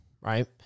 right